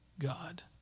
God